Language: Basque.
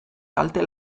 kalte